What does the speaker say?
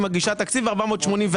היא מגישה תקציב ב-484.